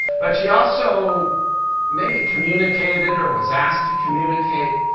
but she also maybe communicated, or was asked to communicate,